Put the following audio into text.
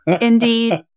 Indeed